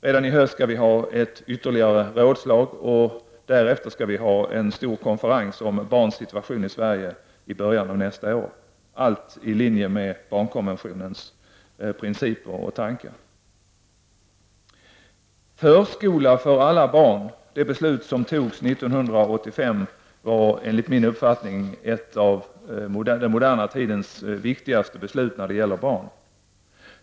Redan i höst skall vi i regeringen ha ett ytterligare rådslag och i början av nästa år skall det anordnas en stor konferens om barns situation i Sverige, allt i linje med barnkonventionens principer och tankegångar. Enligt min uppfattning var det ett av den moderna tidens viktigaste beslut när det gäller barn.